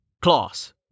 Class